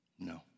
No